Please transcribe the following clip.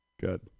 Good